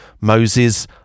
Moses